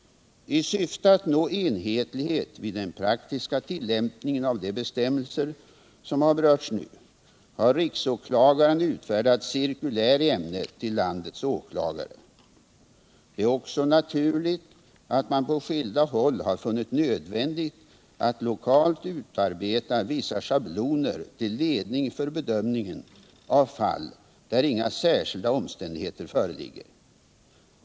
I syfte att nå enhetlighet vid den praktiska tillämpningen av de bestämmelser som har berörts nu har riksåklagaren utfärdat cirkulär i ämnet till landets åklagare. Det är också naturligt att man på skilda håll har funnit nödvändigt att lokalt utarbeta vissa schabloner till ledning för bedömningen av fall där inga särskilda omständigheter föreligger.